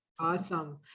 awesome